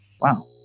Wow